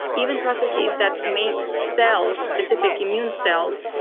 even processes that make cells specific immune cells